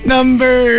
Number